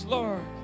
Lord